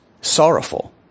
sorrowful